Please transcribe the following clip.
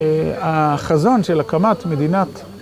החזון של הקמת מדינת...